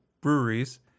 breweries